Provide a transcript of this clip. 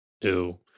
Ew